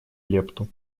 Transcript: лепту